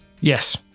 Yes